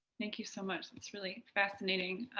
thank you so much. that's really fascinating.